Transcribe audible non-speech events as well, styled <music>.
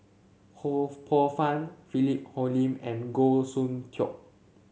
Ho <noise> Poh Fun Philip Hoalim and Goh Soon Tioe